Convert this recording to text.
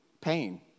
Pain